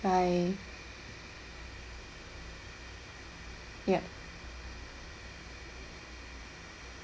bye yup